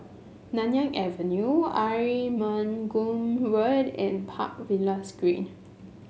Nanyang Avenue Arumugam Road and Park Villas Green